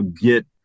get –